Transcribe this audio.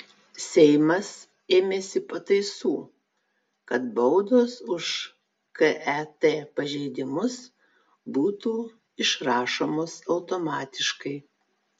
seimas ėmėsi pataisų kad baudos už ket pažeidimus būtų išrašomos automatiškai